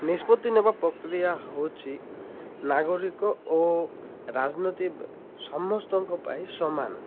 ନିଷ୍ପତ୍ତି ନେବା ପ୍ରକ୍ରିୟା ହେଉଛି ନାଗରିକ ଓ ରାଜନୀତି ସମସ୍ତଙ୍କ ପାଇଁ ସମାନ